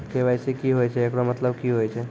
KYC की होय छै, एकरो मतलब की होय छै?